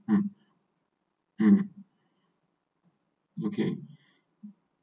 mm mm okay